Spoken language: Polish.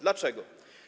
Dlaczego?